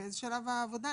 ובאיזה שלב העבודה?